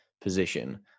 position